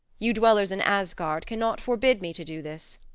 you dwellers in asgard cannot forbid me to do this.